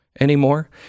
anymore